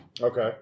Okay